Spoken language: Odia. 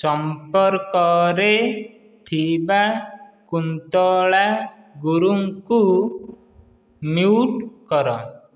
ସମ୍ପର୍କରେ ଥିବା କୁନ୍ତଳା ଗୁରୁ ଙ୍କୁ ମ୍ୟୁଟ୍ କର